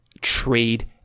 trade